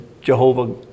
Jehovah